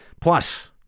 Plus